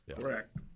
Correct